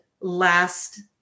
last